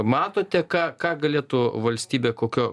matote ką ką galėtų valstybė kokio